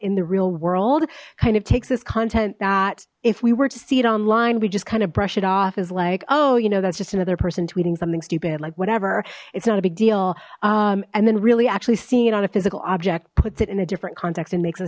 in the real world kind of takes this content that if we were to see it online we just kind of brush it off as like oh you know that's just another person tweeting something stupid like whatever it's not a big deal and then really actually seeing it on a physical object puts it in a different context and makes